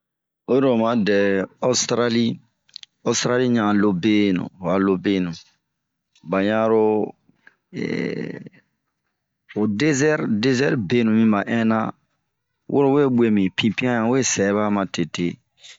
Oyi lo'o madɛ Ɔstarali, ɔstarali ɲaalobenu. Ho a lobenu, baɲaro eehh ho dezɛr dezɛr benu mibahɛn na, woro ɲan we gue bin pinpian ɲa we sɛɛ ba matete.